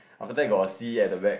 on the back got sea at the back